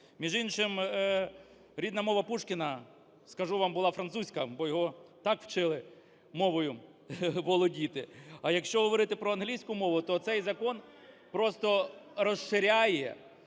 Між іншим, рідна мова Пушкіна, скажу вам, була французька, бо його так вчили мовою володіти. А якщо говорити про англійську мову, то цей закон просто розширяє,